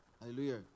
Hallelujah